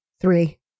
three